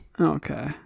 Okay